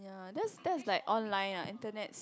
ya that's that is like online lah internets